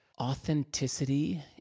Authenticity